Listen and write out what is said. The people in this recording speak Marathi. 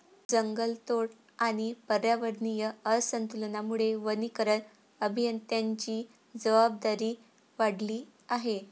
जंगलतोड आणि पर्यावरणीय असंतुलनामुळे वनीकरण अभियंत्यांची जबाबदारी वाढली आहे